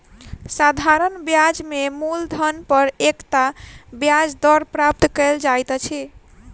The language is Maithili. साधारण ब्याज में मूलधन पर एकता ब्याज दर प्राप्त कयल जाइत अछि